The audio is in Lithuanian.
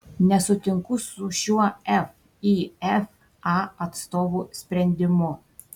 nesutinku su šiuo fifa atstovų sprendimu